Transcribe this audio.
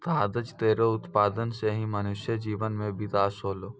कागज केरो उत्पादन सें ही मनुष्य जीवन म बिकास होलै